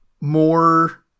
more